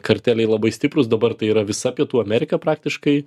karteliai labai stiprūs dabar tai yra visa pietų amerika praktiškai